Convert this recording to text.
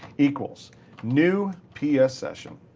equals new ps session.